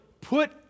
put